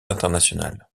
internationales